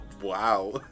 Wow